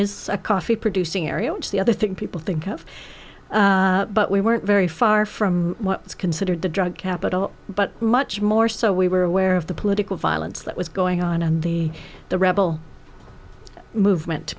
is a coffee producing area which the other thing people think of but we weren't very far from what's considered the drug capital but much more so we were aware of the political violence that was going on and the the rebel movement